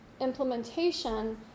implementation